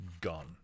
gone